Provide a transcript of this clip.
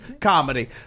Comedy